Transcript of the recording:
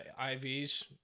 IVs